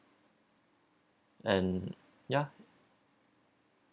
and ya